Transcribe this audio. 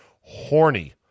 horny